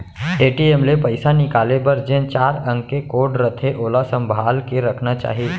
ATM ले पइसा निकाले बर जेन चार अंक के कोड रथे ओला संभाल के रखना चाही